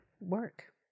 work